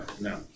No